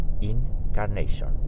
incarnation